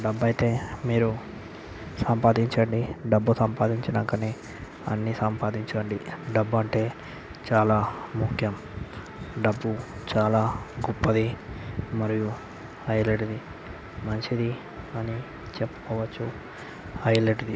డబ్బు అయితే మీరు సంపాదించండి డబ్బు సంపాదించినాంకనే అన్ని సంపాదించండి డబ్బు అంటే చాలా ముఖ్యం డబ్బు చాలా గొప్పది మరియు హైలెట్ది మంచిది అని చెప్పుకోవచ్చు హైలెట్ది